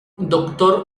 doctor